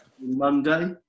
Monday